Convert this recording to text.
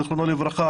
זיכרונו לברכה,